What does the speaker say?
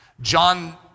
John